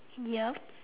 yup